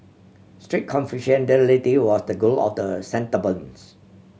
strict was the goal of the settlements